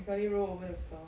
I can only roll over the floor